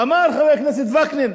אמר חבר הכנסת וקנין,